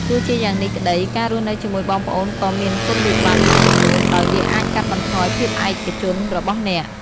ទោះជាយ៉ាងនេះក្ដី ការរស់នៅជាមួយបងប្អូនក៏មានគុណវិបត្តិមួយចំនួន ដោយវាអាចកាត់បន្ថយភាពឯកជនរបស់អ្នក។